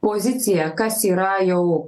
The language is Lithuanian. pozicija kas yra jau